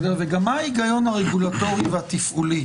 וגם מה ההיגיון הרגולטורי והתפעולי